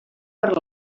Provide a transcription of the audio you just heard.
per